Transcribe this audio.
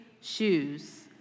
shoes